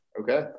okay